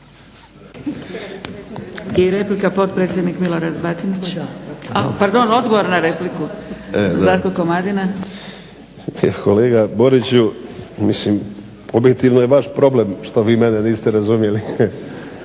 I replika potpredsjednik Milorad Batinić. Pardon, odgovor na repliku Zlatko Komadina. **Komadina, Zlatko (SDP)** Kolega Boriću, mislim objektivno je vaš problem što vi mene niste razumjeli.